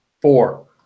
Four